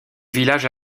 village